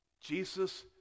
Jesus